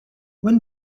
when